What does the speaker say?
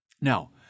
Now